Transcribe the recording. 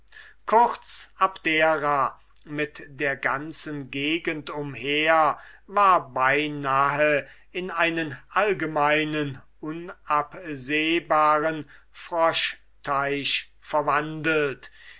kurz abdera mit der ganzen gegend umher war beinahe in einen allgemeinen unabsehbaren froschteich verwandelt